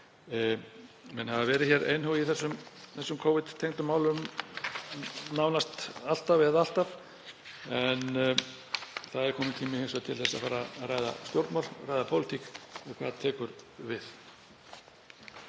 vegar kominn tími til að fara að ræða stjórnmál, ræða pólitík og hvað tekur við.